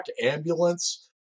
Ambulance